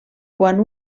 quan